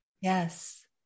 Yes